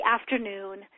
afternoon